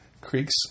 Creeks